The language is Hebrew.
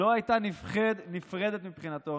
לא הייתה נפרדת מבחינתו